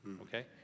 okay